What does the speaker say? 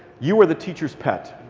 you were the teacher's pet.